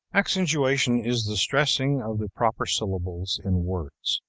accentuation is the stressing of the proper syllables in words.